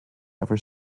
ever